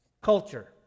Culture